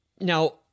Now